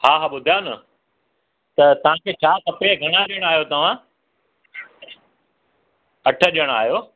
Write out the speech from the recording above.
हा हा ॿुधायो न त तव्हांखे छा खपे घणा ॼणा आहियो तव्हां अठ ॼणा आहियो